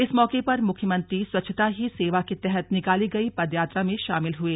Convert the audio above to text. इस मौके पर मुख्यमंत्री स्वच्छता ही सेवा के तहत निकाली गई पदयात्रा में शामिल हुए